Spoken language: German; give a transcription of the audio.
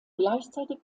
gleichzeitig